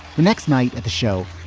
the next night at the show,